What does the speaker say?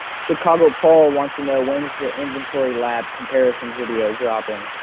chicago paul wants to know, when's the inventory lab comparison video dropping.